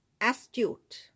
astute